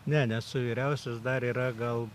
ne nesu vyriausias dar yra gal